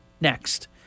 next